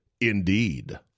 Indeed